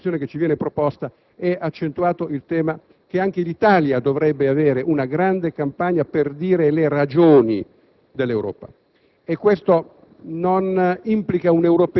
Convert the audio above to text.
Noto con piacere che nella risoluzione che ci viene proposta è accentuato il tema che anche l'Italia dovrebbe avere una grande campagna per dire le ragioni dell'Europa.